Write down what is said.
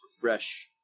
fresh